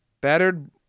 battered